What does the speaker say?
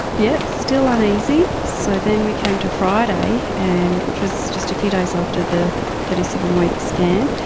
yes, still uneasy. so then we came to friday, and which was just a few days after the thirty seven week scan.